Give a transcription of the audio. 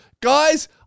Guys